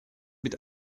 mit